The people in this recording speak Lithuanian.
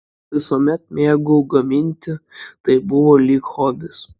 visuomet mėgau gaminti tai buvo lyg hobis